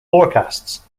forecasts